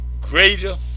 greater